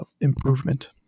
improvement